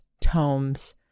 tomes